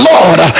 Lord